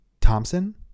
Thompson